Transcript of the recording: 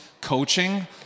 coaching